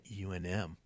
UNM